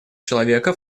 человека